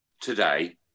today